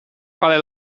fare